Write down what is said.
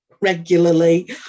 regularly